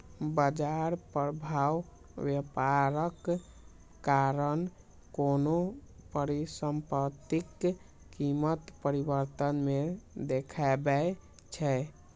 बाजार प्रभाव व्यापारक कारण कोनो परिसंपत्तिक कीमत परिवर्तन मे देखबै छै